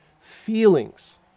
feelings